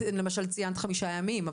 את למשל ציינת חמישה ימים.